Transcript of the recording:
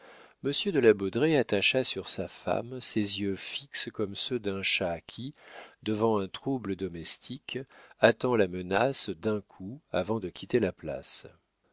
monsieur de la baudraye attacha sur sa femme ses yeux fixes comme ceux d'un chat qui devant un trouble domestique attend la menace d'un coup avant de quitter la place